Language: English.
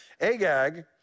Agag